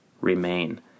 remain